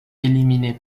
éliminé